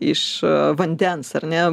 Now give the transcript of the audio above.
iš vandens ar ne